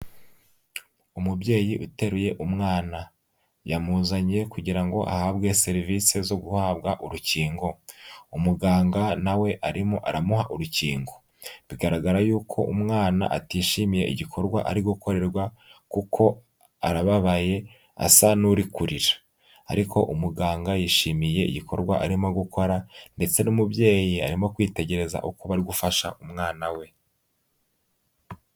Umubyeyi uteruye umwana. Yamuzanye kugira ngo ahabwe serivise zo guhabwa urukingo. Umuganga na we arimo aramuha urukingo. Bigaragara yuko umwana atishimiye igikorwa ari gukorerwa kuko arababaye, asa n'uri kurira ariko umuganga yishimiye igikorwa arimo gukora ndetse n'umubyeyi arimo kwitegereza uko bari gufasha umwana we.